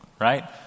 right